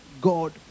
God